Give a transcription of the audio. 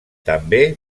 també